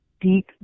deep